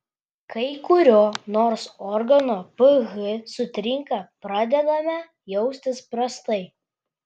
kai kurio nors organo ph sutrinka pradedame jaustis prastai